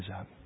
up